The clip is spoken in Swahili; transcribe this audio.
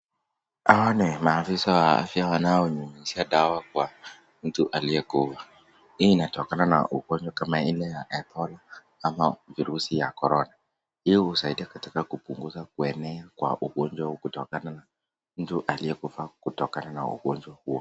Hawa ni maafisa wa afya wanaonyunyizia dawa kwa mtu aliyekufa, hii inatokana na ugonjwa kama ile ya ebola ama virusi ya corona. Hii husaidia katika kupunguza kuenea kwa ugonjwa huu kutokana na mtu aliyekufa kutokana na ugonjwa huo.